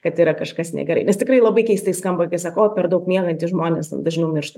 kad yra kažkas negerai nes tikrai labai keistai skamba kai sako o per daug miegantys žmonės dažniau miršta